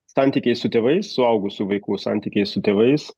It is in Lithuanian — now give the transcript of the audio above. santykiai su tėvais suaugusių vaikų santykiai su tėvais